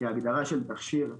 כהגדרה של תכשיר,